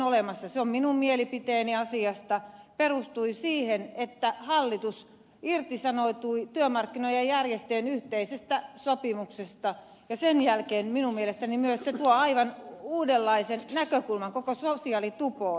se minun mielipiteeni asiasta perustui siihen että hallitus irtisanoutui työmarkkinajärjestöjen yhteisestä sopimuksesta ja sen jälkeen minun mielestäni myös se tuo aivan uudenlaisen näkökulman koko sosiaalitupoon